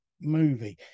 movie